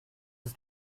ist